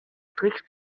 strikt